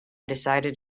decided